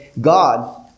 God